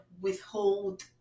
withhold